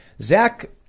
Zach